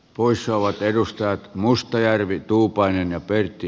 pois ovat edustaneet mustajärvi tuupainen ja pertti